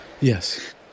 Yes